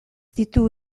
ditu